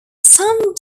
some